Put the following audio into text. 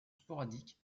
sporadiques